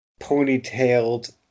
ponytailed